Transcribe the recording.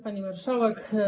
Pani Marszałek!